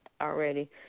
already